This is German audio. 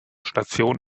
station